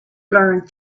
learned